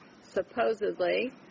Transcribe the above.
supposedly